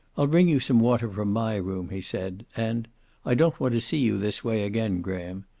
i'll bring you some water from my room, he said. and i don't want to see you this way again, graham.